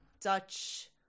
Dutch